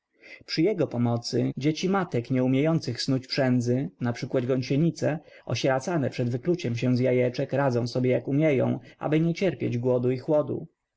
przy jego pomocy dzieci matek nieumiejących snuć przędzy np gąsienice osieracane przed wykluciem się z jajeczek radzą sobie jak umieją aby nie cierpieć głodu i chłodu